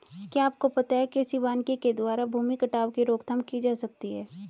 क्या आपको पता है कृषि वानिकी के द्वारा भूमि कटाव की रोकथाम की जा सकती है?